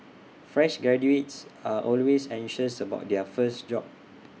fresh graduates are always anxious about their first job